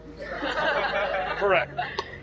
correct